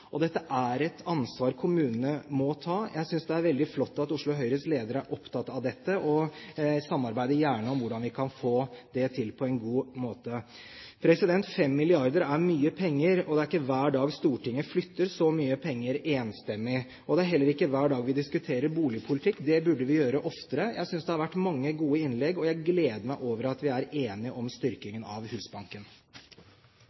det er veldig flott at Oslo Høyres leder er opptatt av dette, og jeg samarbeider gjerne om hvordan vi kan få det til på en god måte. 5 mrd. kr er mye penger, og det er ikke hver dag Stortinget flytter så mye penger enstemmig. Det er heller ikke hver dag vi diskuterer boligpolitikk. Det burde vi gjøre oftere. Jeg synes det har vært mange gode innlegg, og jeg gleder meg over at vi er enige om